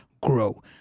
grow